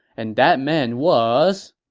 and that man was,